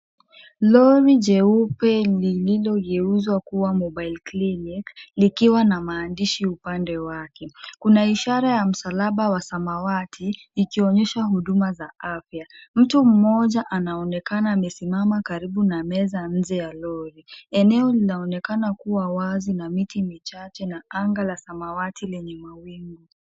Lori jeupe lililogeuzwa kuwa mobile clinic likiwa na maandishi upande wake. Kuna ishara ya msalaba wa samawati ikionyesha huduma za afya. Mtu mmoja anaonekana amesimama karibu na meza nje ya lori. Eneo linaonekana kuwa wazi na miti michache na anga la samawati lenye mawingu.